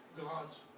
God's